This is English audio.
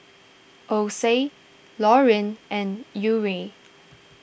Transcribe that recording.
Ocie Loreen and Uriel